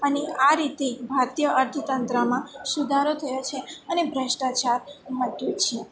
અને આ રીતે ભારતીય અર્થતંત્રમાં સુધારો થયો છે અને ભ્રષ્ટાચાર મટ્યું છે